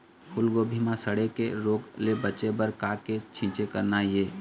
फूलगोभी म सड़े के रोग ले बचे बर का के छींचे करना ये?